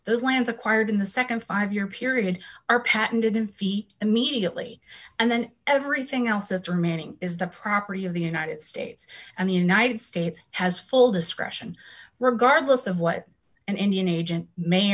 those lands acquired in the nd five year period are patented in feet immediately and then everything else that's remaining is the property of the united states and the united states has full discretion regardless of what an indian agent may